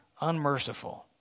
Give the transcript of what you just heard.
unmerciful